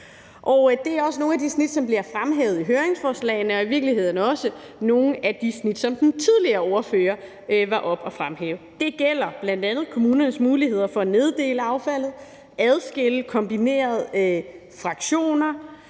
det er også nogle af dem, som bliver fremhævet i høringsforslagene, og i virkeligheden også nogle af de snit, som den tidligere ordfører var oppe at fremhæve. Det gælder bl.a. kommunernes muligheder for at neddele affaldet, adskille kombinerede fraktioner,